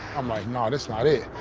i'm like, nah, that's not it.